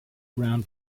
ground